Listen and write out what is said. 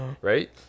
right